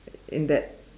and that